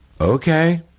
okay